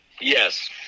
Yes